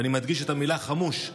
ואני מדגיש את המילה חמוש,